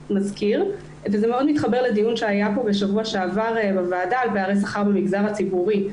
זה מתחבר לדיון שהיה פה בשבוע שעבר על פערי שכר במגזר הציבורי.